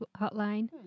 hotline